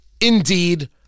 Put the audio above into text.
indeed